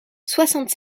soixante